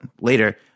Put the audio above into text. later